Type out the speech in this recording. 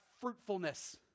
fruitfulness